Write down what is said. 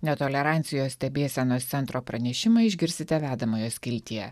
netolerancijos stebėsenos centro pranešimą išgirsite vedamojo skiltyje